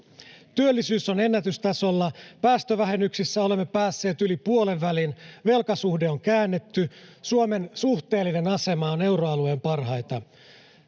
Työllisyys on ennätystasolla, päästövähennyksissä olemme päässeet yli puolenvälin, velkasuhde on käännetty, Suomen suhteellinen asema on euroalueen parhaita.